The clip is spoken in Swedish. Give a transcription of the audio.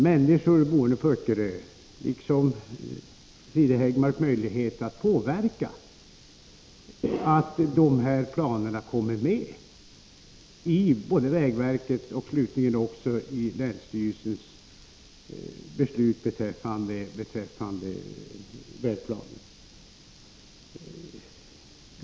Människorna på Öckerö har liksom Siri Häggmark möjlighet att påverka såväl vägverkets som länsstyrelsens beslut beträffande vägplanen.